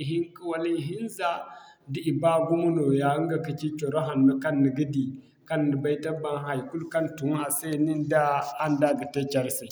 ihinka wala ihinza da i baa gumo nooya ɲga kaci coro hanno kaŋ ni ga di. Kaŋ ni bay tabbat haikulu kaŋ tun a se nin da araŋ da ga te care se.